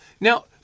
Now